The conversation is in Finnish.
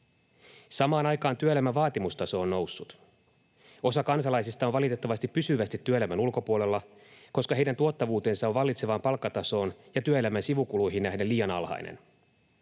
Samaan aikaan työelämän vaatimustaso on noussut. Osa kansalaisista on valitettavasti pysyvästi työelämän ulkopuolella, koska heidän tuottavuutensa on vallitsevaan palkkatasoon ja työelämän sivukuluihin nähden liian alhainen.